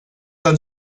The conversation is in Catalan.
tan